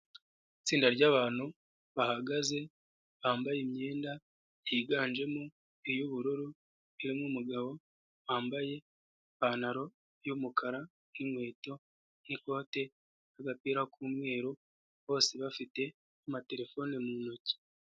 Itsinda ry'abantutu bahagaze, bambaye imyenda yiganjemo iy'ubururu, ririmo umugabo wambaye ipantaro y'umukara n'inkweto n'ikote n'agapira k'umweru, bose bafite amaterefone mu ntoki.